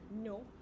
No